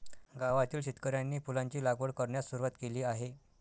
गावातील शेतकऱ्यांनी फुलांची लागवड करण्यास सुरवात केली आहे